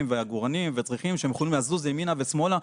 ועגורנים וצריחים שיכולים לזוז ימינה ושמאלה,